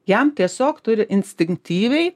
jam tiesiog turi instinktyviai